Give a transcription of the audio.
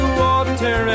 water